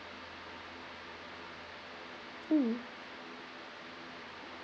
mm